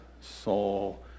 Saul